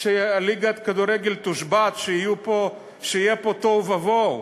שליגת הכדורגל תושבת, שיהיה פה תוהו ובוהו?